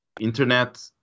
internet